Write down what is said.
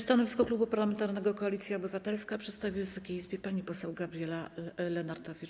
Stanowisko Klubu Parlamentarnego Koalicja Obywatelska przedstawi Wysokiej Izbie pani poseł Gabriela Lenartowicz.